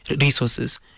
resources